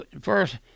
first